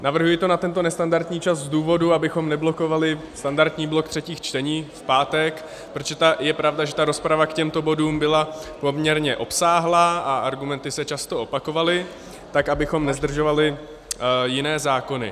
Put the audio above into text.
Navrhuji to na tento nestandardní čas z důvodu, abychom neblokovali standardní blok třetích čtení v pátek, protože je pravda, že rozprava k těmto bodům byla poměrně obsáhlá a argumenty se často opakovaly, tak abychom nezdržovali jiné zákony.